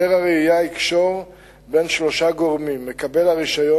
היתר הרעייה יקשור בין שלושה גורמים: מקבל הרשיון,